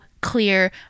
clear